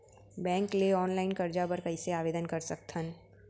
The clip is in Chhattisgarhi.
बैंक ले ऑनलाइन करजा बर कइसे आवेदन कर सकथन?